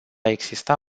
exista